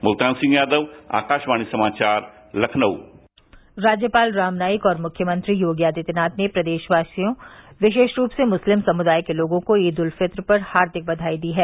मुल्तान सिंह यादव आकाशवाणी समाचार लखनऊ राज्यपाल राम नाईक और मुख्यमंत्री आदित्यनाथ ने प्रदेशवासियों विशेष रूप से मुस्लिम समुदाय के लोगों को ईद उल फित्र पर हार्दिक बधाई दी है